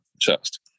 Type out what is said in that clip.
chest